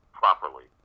properly